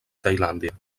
tailàndia